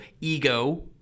Ego